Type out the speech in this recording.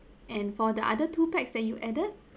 and for the other two packs that you added